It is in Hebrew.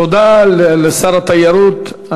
תודה לשר התיירות.